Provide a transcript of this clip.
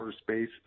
space